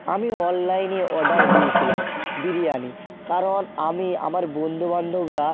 আমি অনলাইনে অর্ডার দিয়েছিলাম বিরিয়ানি কারণ আমি আমার বন্ধু বান্ধবরা